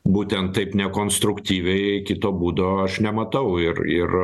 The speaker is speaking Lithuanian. būtent taip ne konstruktyviai kito būdo aš nematau ir ir